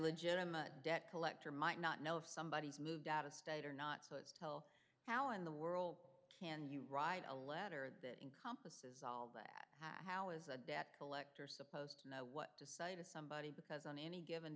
legitimate debt collector might not know if somebody is moved out of state or not let's tell how in the world can you write a letter that encompasses all that how is a debt collector supposed to know what to say to somebody because on any given